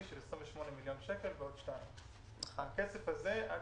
של 28 מיליון שקלים ועוד 2. הכסף הזה עד